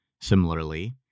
Similarly